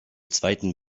zweiten